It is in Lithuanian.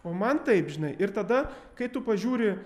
o man taip žinai ir tada kai tu pažiūri